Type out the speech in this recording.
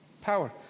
power